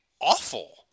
awful